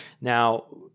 Now